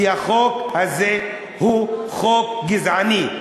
כי החוק הזה הוא חוק גזעני,